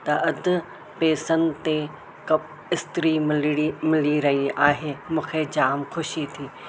त अधु पेसनि ते कप इस्त्री मिलड़ी मिली रही आहे मूंखे जाम ख़ुशी थी